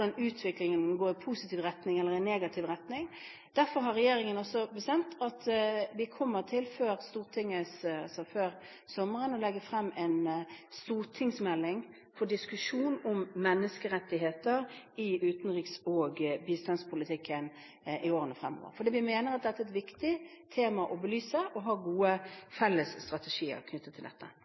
utviklingen går – i positiv retning eller i negativ retning. Derfor har regjeringen bestemt at vi før sommeren kommer til å legge frem en stortingsmelding for diskusjon om menneskerettigheter i utenriks- og bistandspolitikken i årene fremover, fordi vi mener at dette er et viktig tema å belyse for å ha gode felles strategier knyttet til dette.